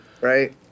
Right